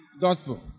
gospel